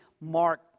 Mark